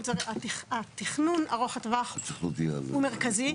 התכנון ארוך הטווח הוא מרכזי,